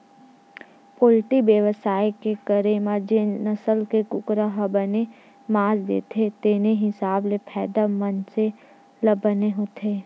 poultry बेवसाय के करे म जेन नसल के कुकरा ह बने मांस देथे तेने हिसाब ले फायदा मनसे ल बने होथे